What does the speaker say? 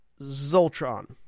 Zoltron